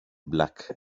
black